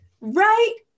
right